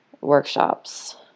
workshops